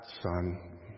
son